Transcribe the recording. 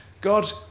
God